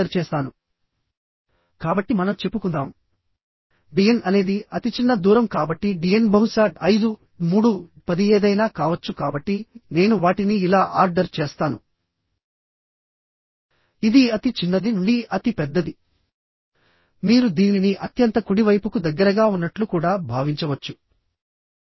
ఒకవేళ ఫాస్టనర్స్ మధ్య దూరం డయామీటర్ తో పోల్చితే తక్కువగా ఉన్నప్పుడు బ్లాక్ షియర్ వలన ఫెయిల్యూర్ అయ్యే అవకాశం ఉంది కనుక జాగ్రత్త వహించాలి